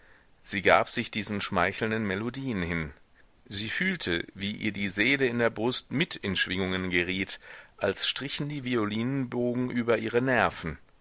sie gab sich diesen schmeichelnden melodien hin sie fühlte wie ihr die seele in der brust mit in schwingungen geriet als strichen die violinenbogen über ihre nerven